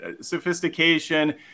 Sophistication